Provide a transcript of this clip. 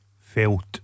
felt